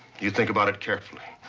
you think about it carefully.